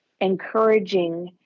encouraging